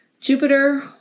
Jupiter